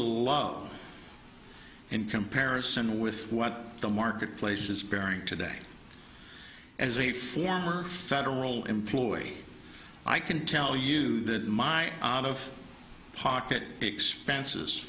golazo in comparison with what the marketplace is bearing today as a former federal employee i can tell you that my out of pocket expenses